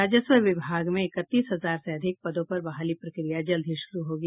राजस्व विभाग में इकतीस हजार से अधिक पदों पर बहाली प्रक्रिया जल्द ही शुरू होगी